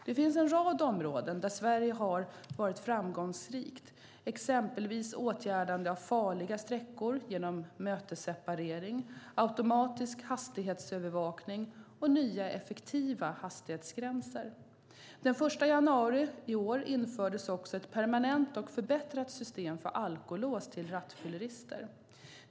Det finns en rad områden där Sverige har varit framgångsrikt, exempelvis åtgärdande av farliga sträckor genom mötesseparering, automatisk hastighetsövervakning, och nya effektiva hastighetsgränser. Den 1 januari i år infördes också ett permanent och förbättrat system för alkolås till rattfyllerister.